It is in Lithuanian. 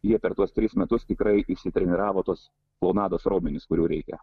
jie per tuos tris metus tikrai išsitreniravo tuos klounados raumenys kurių reikia